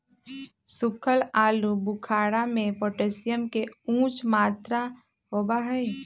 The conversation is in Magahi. सुखल आलू बुखारा में पोटेशियम के उच्च मात्रा होबा हई